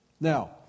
Now